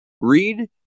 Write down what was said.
Read